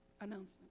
announcement